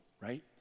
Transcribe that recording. right